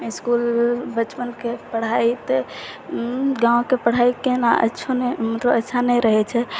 इसकुल बचपनके पढाइ तऽ गाँवके पढाइ केहन अच्छो नहि मतलब अच्छा नहि रहै छै